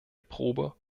probe